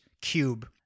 cube